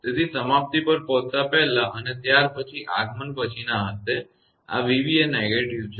તેથી સમાપ્તિ પર પહોંચતા પહેલા અને ત્યાર પછી આગમન પછી ના હશે આ 𝑣𝑏 એ negative છે